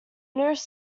nearest